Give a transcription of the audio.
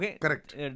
Correct